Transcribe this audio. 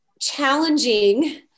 challenging